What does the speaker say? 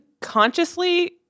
consciously